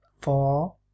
Four